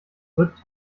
wird